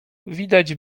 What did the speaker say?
widać